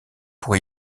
pour